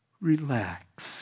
Relax